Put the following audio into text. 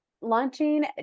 launching